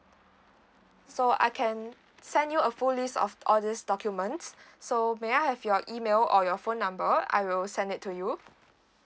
so I can send you a full list of all this documents so may I have your email or your phone number I will send it to you